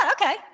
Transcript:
okay